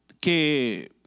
que